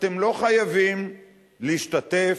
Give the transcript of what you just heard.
אתם לא חייבים להשתתף.